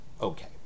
Okay